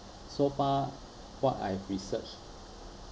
so far what I've researched